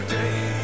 day